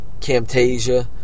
Camtasia